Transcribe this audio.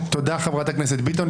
תודה, חברת הכנסת ביטון.